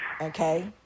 Okay